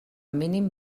mínim